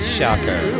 Shocker